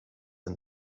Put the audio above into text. and